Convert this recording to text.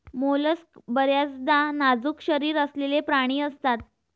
mollusc बर्याचदा नाजूक शरीर असलेले प्राणी असतात